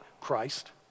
Christ